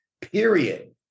period